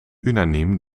unaniem